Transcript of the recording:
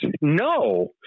no